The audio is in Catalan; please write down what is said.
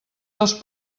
dels